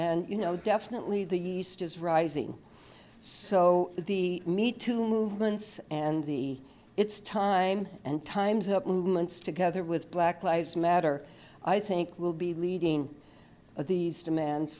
and you know definitely the rising so the need to movements and the it's time and time's up movements together with black lives matter i think will be leading these demands